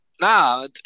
nah